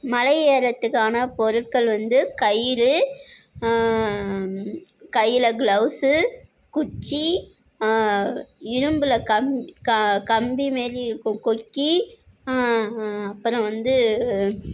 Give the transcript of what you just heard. மலையேறுரத்துக்கான பொருட்கள் வந்து கயிறு கையில் கிளவ்ஸு குச்சி இரும்பில் கம் கம்பி மாரி இருக்கும் கொக்கி அப்புறோம் வந்து